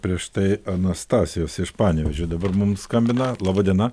prieš tai anastazijos iš panevėžio dabar mums skambina laba diena